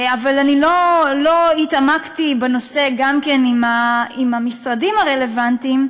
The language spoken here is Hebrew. אבל אני לא התעמקתי בנושא עם המשרדים הרלוונטיים,